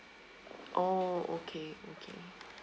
oh okay okay